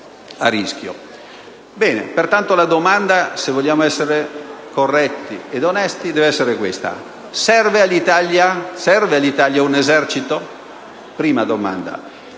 Pertanto la domanda, se vogliamo essere corretti e onesti, deve essere questa: serve all'Italia un esercito? Prima domanda.